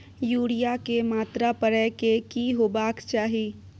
Urea के मात्रा परै के की होबाक चाही?